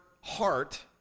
heart